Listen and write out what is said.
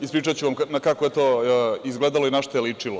Ispričaću vam kako je to izgledalo i na šta je ličilo.